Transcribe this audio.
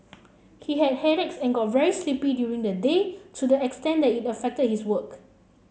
he had headaches and got very sleepy during the day to the extent that it affected his work